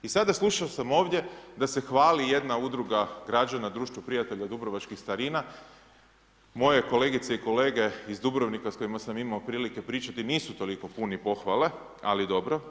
I sada, slušao sam ovdje da se hvali jedna udruga građana Društvo prijatelja dubrovačkih starina, moje kolegice i kolege iz Dubrovnika s kojima sam imao prilike pričati nisu toliko puni pohvale, ali dobro.